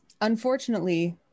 unfortunately